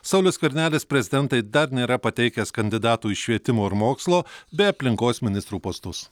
saulius skvernelis prezidentei dar nėra pateikęs kandidatų į švietimo ir mokslo bei aplinkos ministrų postus